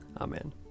Amen